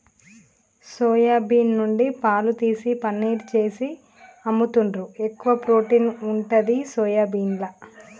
soya bean నుండి పాలు తీసి పనీర్ చేసి అమ్ముతాండ్రు, ఎక్కువ ప్రోటీన్ ఉంటది సోయాబీన్ల